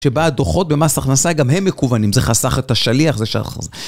שבה הדוחות במסך נשא גם הם מקוונים, זה חסך את השליח, זה חסך את...